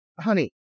honey